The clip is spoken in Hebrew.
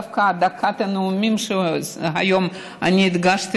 דווקא את דקת הנאומים היום הקדשתי